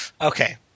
Okay